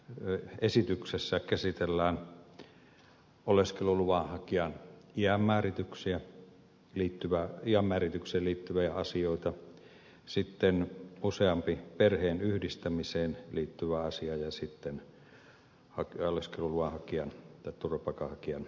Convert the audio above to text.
tässä esityksessä käsitellään oleskeluluvan hakijan iänmääritykseen liittyviä asioita sitten useampaa perheenyhdistämiseen liittyvää asiaa ja sitten turvapaikanhakijan työnteko oikeutta